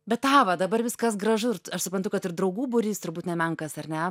bet ava dabar viskas gražu ir t aš suprantu kad ir draugų būrys turbūt nemenkas ar ne